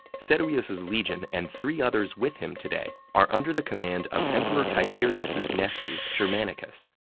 servius's legion and three others with him today are under the command of emperor tiberius's nephew germanicus,